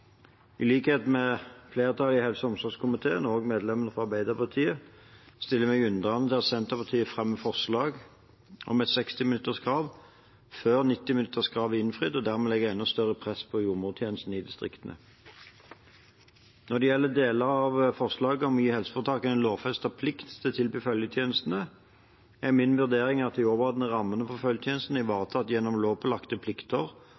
I likhet med flertallet i helse- og omsorgskomiteen og medlemmene fra Arbeiderpartiet stiller jeg meg undrende til at Senterpartiet fremmer forslag om et 60-minutterskrav før 90-minutterskravet er innfridd, og dermed legger et enda større press på jordmortjenesten i distriktene. Når det gjelder deler av forslaget om å gi helseforetakene en lovfestet plikt til å tilby følgetjeneste, er min vurdering at de overordnende rammene for følgetjenesten er ivaretatt gjennom lovpålagte plikter